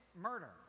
murder